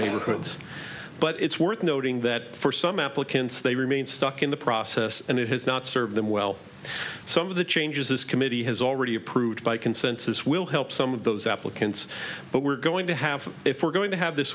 neighborhoods but it's worth noting that for some applicants they remain stuck in the process and it has not served them well some of the changes this committee has already approved by consensus will help some of those applicants but we're going to have if we're going to have this